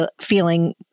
feeling